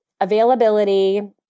availability